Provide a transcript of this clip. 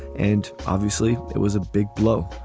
and obviously it was a big blow.